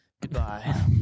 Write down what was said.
goodbye